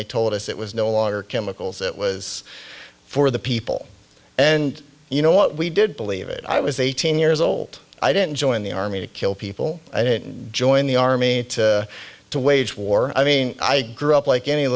they told us it was no longer chemicals it was for the people and you know what we did believe it i was eighteen years old i didn't join the army to kill people i didn't join the army to wage war i mean i grew up like any